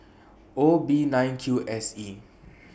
O B nine Q S E